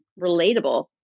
relatable